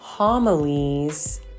homilies